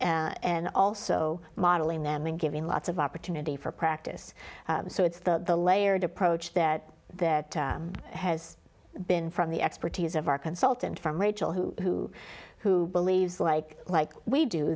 and also modeling them in giving lots of opportunity for practice so it's the the layered approach that that has been from the expertise of our consultant from rachel who who believes like like we do